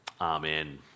Amen